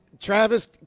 Travis